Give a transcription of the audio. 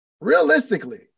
Realistically